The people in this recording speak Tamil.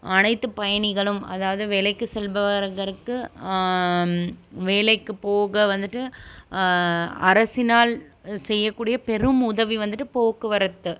அனைத்து பயணிகளும் அதாவது வேலைக்கு செல்பவர்களுக்கு வேலைக்கு போக வந்துட்டு அரசினால் செய்யக்கூடிய பெரும் உதவி வந்துட்டு போக்குவரத்து